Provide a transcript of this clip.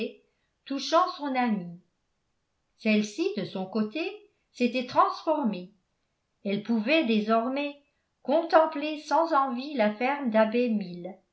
touchant son amie celle-ci de son côté s'était transformée elle pouvait désormais contempler sans envie la ferme